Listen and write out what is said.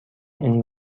این